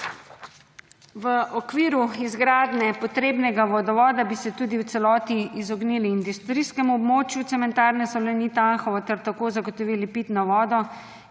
V okviru izgradnje potrebnega vodovoda bi se tudi v celoti izognili industrijskemu območju cementarne Salonit Anhovo ter tako zagotovili pitno vodo,